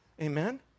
Amen